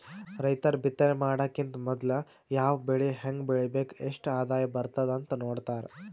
ರೈತರ್ ಬಿತ್ತನೆ ಮಾಡಕ್ಕಿಂತ್ ಮೊದ್ಲ ಯಾವ್ ಬೆಳಿ ಹೆಂಗ್ ಬೆಳಿಬೇಕ್ ಎಷ್ಟ್ ಆದಾಯ್ ಬರ್ತದ್ ಅಂತ್ ನೋಡ್ತಾರ್